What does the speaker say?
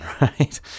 right